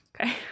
Okay